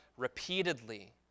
repeatedly